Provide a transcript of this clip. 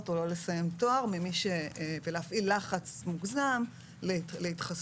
או לא לסיים תואר ולהפעיל לחץ מוגזם להתחסנות